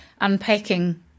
unpacking